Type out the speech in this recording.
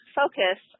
focus